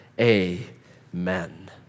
Amen